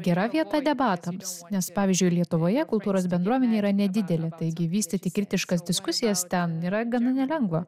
gera vieta debatams nes pavyzdžiui lietuvoje kultūros bendruomenė yra nedidelė taigi vystyti kritiškas diskusijas ten yra gana nelengva